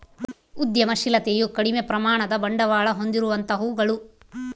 ಉದ್ಯಮಶಿಲತೆಯು ಕಡಿಮೆ ಪ್ರಮಾಣದ ಬಂಡವಾಳ ಹೊಂದಿರುವಂತವುಗಳು